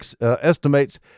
estimates